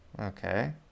Okay